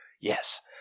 yes